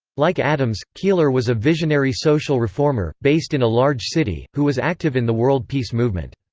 like addams, keeler was a visionary social reformer, based in a large city, who was active in the world peace movement.